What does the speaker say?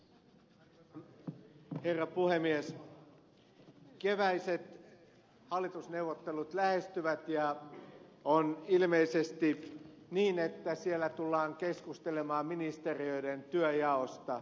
keväiset hallitusneuvottelut lähestyvät ja on ilmeisesti niin että siellä tullaan keskustelemaan ministeriöiden työnjaosta